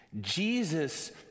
jesus